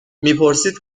میپرسید